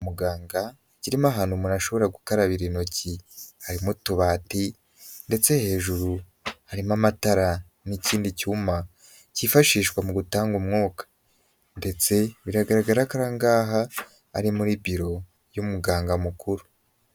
Muganga kirimo ahantu umuntu ashobora gukarabira intoki, harimo utubati ndetse hejuru harimo amatara n'ikindi cyuma cyifashishwa mu gutanga umwuka, ndetse biragaragara ko aha ngaha ari muri biro y'umuganga mukuru.